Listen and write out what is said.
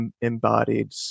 embodied